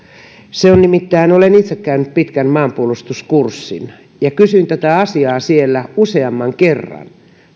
nimittäin olen itse käynyt pitkän maanpuolustuskurssin ja kysyin tätä asiaa siellä useamman kerran